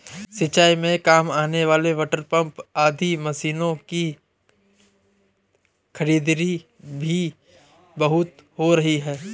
सिंचाई के काम आने वाले वाटरपम्प आदि मशीनों की खरीदारी भी बहुत हो रही है